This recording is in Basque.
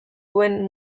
duen